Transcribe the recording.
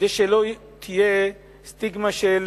כדי שלא תהיה סטיגמה של